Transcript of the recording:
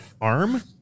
arm